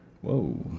Whoa